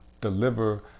deliver